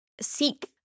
seek